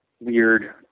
weird